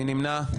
מי נמנע?